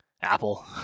Apple